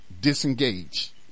disengage